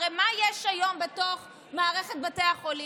הרי מה יש היום בתוך מערכת בתי החולים?